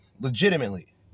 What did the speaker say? legitimately